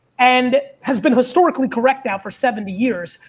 and has been historically correct now for seventy years.